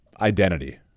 identity